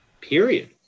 period